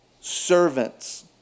servants